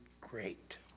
great